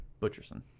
Butcherson